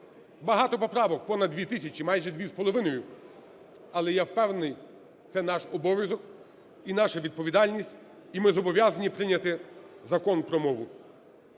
Багато поправок, понад дві тисячі, майже дві з половиною. Але, я впевнений, це наш обов'язок і наша відповідальність, і ми зобов'язані прийняти Закон про мову.